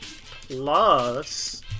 plus